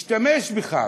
השתמש בך.